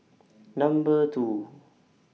Number two